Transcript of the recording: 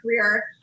career